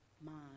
mind